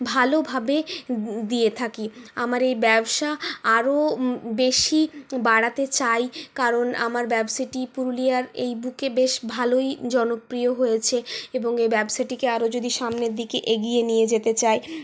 ভালোভাবে দিয়ে থাকি আমার এই ব্যবসা আরো বেশি বাড়াতে চাই কারণ আমার ব্যবসাটি পুরুলিয়ার এই বুকে বেশ ভালোই জনপ্রিয় হয়েছে এবং এই ব্যবসাটি আরো যদি সামনের দিকে এগিয়ে নিয়ে যেতে চাই